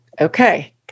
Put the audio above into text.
okay